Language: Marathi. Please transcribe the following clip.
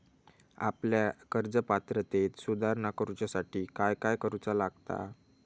आपल्या कर्ज पात्रतेत सुधारणा करुच्यासाठी काय काय करूचा लागता?